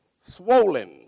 swollen